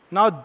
Now